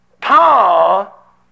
Paul